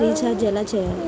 Recharge ఎలా చెయ్యాలి?